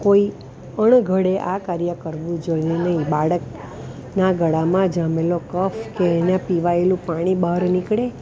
કોઈ અણઘડે આ કાર્ય કરવું જોઈએ નહીં બાળક નાં ગળામાં જામેલો કફ કે એને પીવડાવેલું પાણી બહાર નીકળે